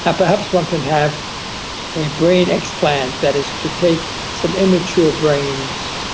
and perhaps one can have a brain explant, that is to take some immature brains,